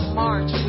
march